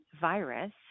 virus